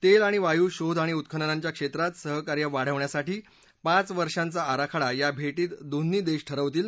तेल आणि वायू शोध आणि उत्खननांच्या क्षेत्रात सहकार्य वाढवण्यासाठी पाच वर्षांचा आराखडा या भेटीत दोन्ही देश ठरवतील